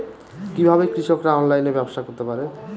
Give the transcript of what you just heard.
কিভাবে কৃষকরা অনলাইনে ব্যবসা করতে পারে?